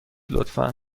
لطفا